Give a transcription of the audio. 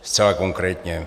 Zcela konkrétně.